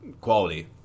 quality